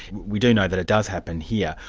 we do know that it does happen here.